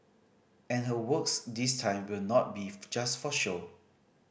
and her works this time will not be just for show